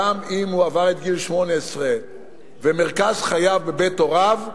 גם אם הוא עבר את גיל 18 ומרכז חייו בבית הוריו,